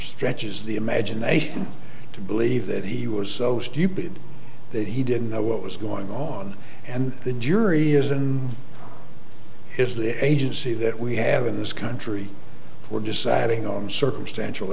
stretches the imagination to believe that he was so stupid that he didn't know what was going on and the jury is and is the agency that we have in this country were deciding on circumstantial